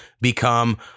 become